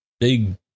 big